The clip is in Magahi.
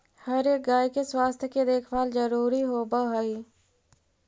हर एक गाय के स्वास्थ्य के देखभाल जरूरी होब हई